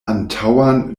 antaŭan